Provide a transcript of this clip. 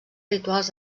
rituals